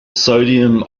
sodium